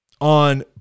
on